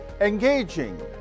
Engaging